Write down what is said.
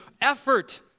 effort